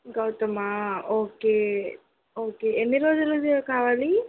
Gautam okay okay ఎన్ని రోజులు కావాలి